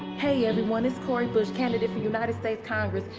hey, everyone, it's cori bush, candidate for united states congress,